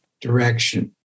direction